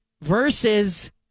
versus